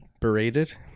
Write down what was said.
berated